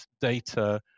data